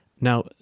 Now